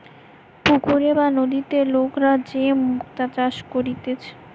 পুকুরে বা নদীতে লোকরা যে মুক্তা চাষ করতিছে